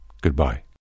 Goodbye